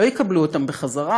לא יקבלו אותם בחזרה,